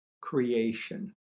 creation